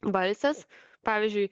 balsės pavyzdžiui